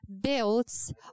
builds